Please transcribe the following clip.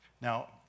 Now